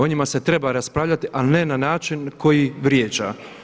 O njima se treba raspravljati ali ne na način koji vrijeđa.